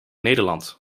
nederland